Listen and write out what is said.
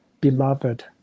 beloved